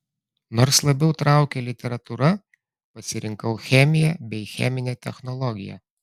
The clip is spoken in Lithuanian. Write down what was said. nors labiau traukė literatūra pasirinkau chemiją bei cheminę technologiją